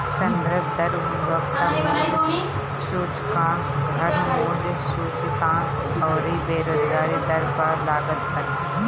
संदर्भ दर उपभोक्ता मूल्य सूचकांक, घर मूल्य सूचकांक अउरी बेरोजगारी दर पअ लागत बाटे